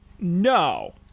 No